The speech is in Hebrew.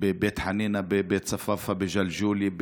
בבית חנינא, בבית צפאפא, בג'לג'וליה,